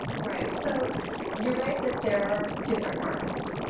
right, so you're right that there are different markets.